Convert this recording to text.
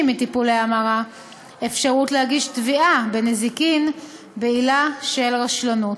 מטיפולי המרה אפשרות להגיש תביעה בנזיקין בעילה של רשלנות.